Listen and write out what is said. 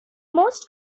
most